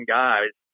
guys